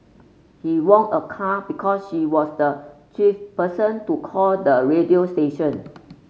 he won a car because she was the twelfth person to call the radio station